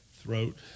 throat